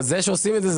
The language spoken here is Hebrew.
אבל זה שעושים את זה,